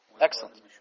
Excellent